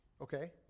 okay